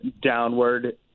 downward